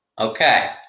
Okay